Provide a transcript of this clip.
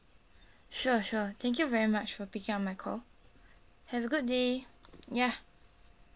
sure sure thank you very much for picking up my call have a good day ya